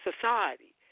society